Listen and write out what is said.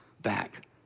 back